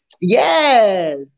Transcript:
Yes